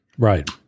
Right